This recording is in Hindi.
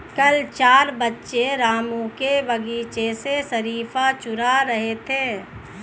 कल चार बच्चे रामू के बगीचे से शरीफा चूरा रहे थे